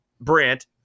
Brent